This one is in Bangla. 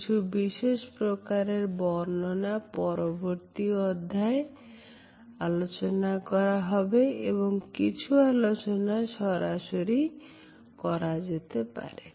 কিছু বিশেষ প্রকারের বর্ণনা পরবর্তী অধ্যায় আলোচনা করা হবে এবং কিছু আলোচনা সরাসরি করা যেতে পারে